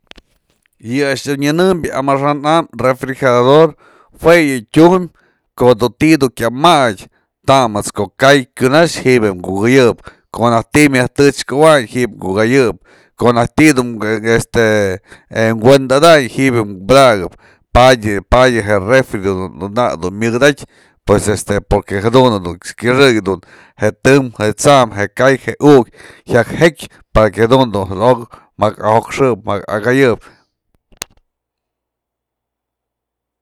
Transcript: Yë a'ax dun nyënëmbë amaxa'an am refrigerador jue yë tyumpë ko'o du ti'i du kyamatyë tamët's ko'o kay kyunax ji'ibë kukëyeb, ko'o najk ti'i myaj tëchkëwayn ji'ibë kukëyeb, ko'o najk ti'i du este kuendadanyë ji'ib badakëp padye- padye yë refri nak du myëdaty pues este porque jadun kyëxëk dun je tëm je t'sam, je kay, je ukyë jyak jekyë para que jadun du jadaok mjak ajo'okxëp mjak akayëp.